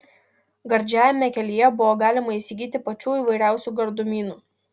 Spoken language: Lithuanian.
gardžiajame kelyje buvo galima įsigyti pačių įvairiausių gardumynų